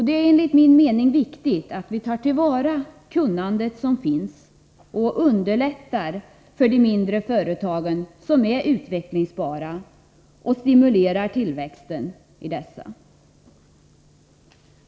Det är enligt min mening viktigt att vi tar till vara kunnandet som finns och underlättar för de mindre företag som är utvecklingsbara och stimulerar tillväxten i dessa.